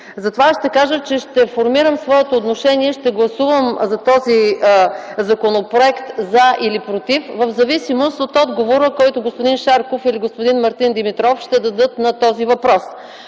Затова ще кажа, че ще формирам своето отношение и ще гласувам за този законопроект „за” или „против” в зависимост от отговора, който господин Шарков или господин Мартин Димитров ще дадат на този въпрос.